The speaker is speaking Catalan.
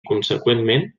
conseqüentment